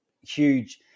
huge